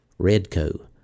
Redco